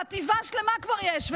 חטיבה שלמה כבר יש.